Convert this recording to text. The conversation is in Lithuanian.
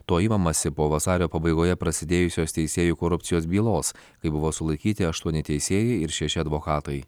to imamasi po vasario pabaigoje prasidėjusios teisėjų korupcijos bylos kai buvo sulaikyti aštuoni teisėjai ir šeši advokatai